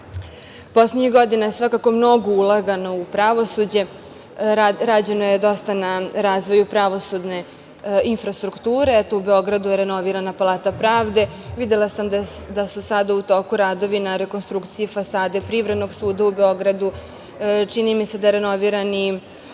tužilaca. Poslednjih godina je svakako mnogo ulagano u pravosuđe, rađeno je dosta na razvoju pravosudne infrastrukture. U Beogradu je renovirana Palata pravde. Videla sam da su sada u toku radovi na rekonstrukciji fasade Privrednog suda u Beogradu. Čini mi se da je renoviran i Privredni